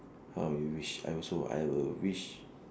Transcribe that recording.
how you wish I also I will wish